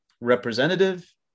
representative